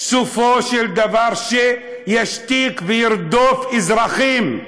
סופו של דבר שישתיק וירדוף אזרחים,